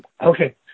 Okay